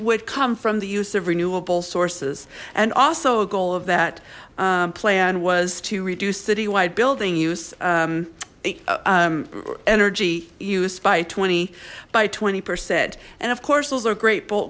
would come from the use of renewable sources and also a goal of that plan was to reduce citywide building use energy use by twenty by twenty percent and of course those are great b